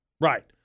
Right